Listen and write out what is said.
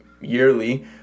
yearly